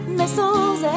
missiles